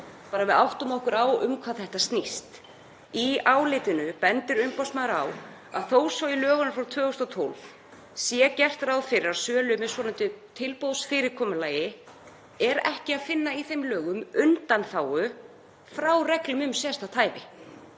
Bara svo við áttum okkur á um hvað þetta snýst. Í álitinu bendir umboðsmaður á að þó svo að í lögunum frá 2012 sé gert ráð fyrir sölu með svonefndu tilboðsfyrirkomulagi, þá sé ekki að finna í þeim lögum undanþágu frá reglum um sérstakt hæfi.